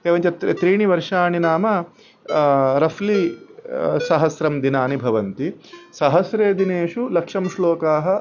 एवञ्च त् त्रीणि वर्षाणि नाम रफ़्लि सहस्रं दिनानि भवन्ति सहस्रेषु दिनेषु लक्षं श्लोकाः